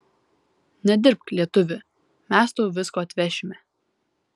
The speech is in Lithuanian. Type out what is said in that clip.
nedirbk lietuvi mes tau visko atvešime